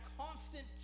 constant